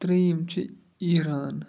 ترٛیٚیِم چھِ ایٖران